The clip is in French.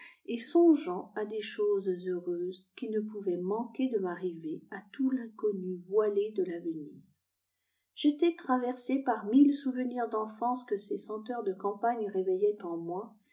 et songeant à des choses heureuses cjui ne pouvaient manquer de m'arriver à tout l'inconnu voilé de l'avenir j'étais traversé par mille souvenirs d'enfance que ces senteurs de campagnes réveillaient en moi